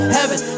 heaven